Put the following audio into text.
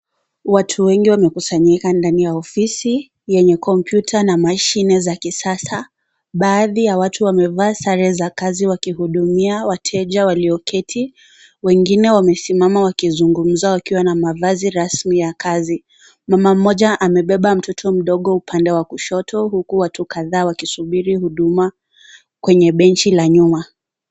Watu wengi wamekusanyika ndani ya ofisi, yenye kompyuta na mashine za kisasa, baadhi ya watu wamevaa sare za kazi wakihudumia wateja walio keti, wengine wamesimama wakizungumza wakiwa na mavazi rasmi ya kazi, mama mmoja amebeba mtoto mdogo upande wa kushoto, huku watu kadhaa wakisubiri huduma, kwenye benchi la nyuma.